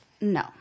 No